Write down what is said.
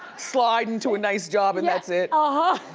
slide into a nice job and that's it. ah huh.